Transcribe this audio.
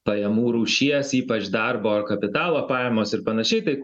pajamų rūšies ypač darbo ar kapitalo pajamos ir panašiai tai